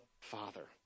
Father